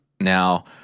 Now